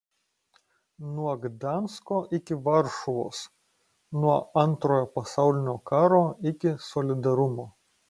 nuo gdansko iki varšuvos nuo antrojo pasaulinio karo iki solidarumo